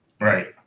Right